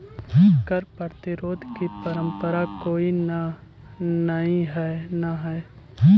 कर प्रतिरोध की परंपरा कोई नई न हई